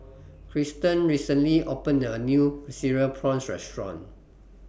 Triston recently opened A New Cereal Prawns Restaurant